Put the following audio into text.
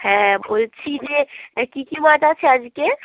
হ্যাঁ বলছি যে কী কী মাছ আছে আজকে